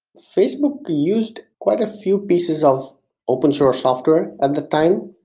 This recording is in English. facebook used quite a few pieces of open source software at the time,